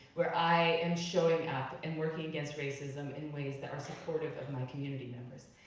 where i am showing up and working against racism in ways that are supportive of my community members.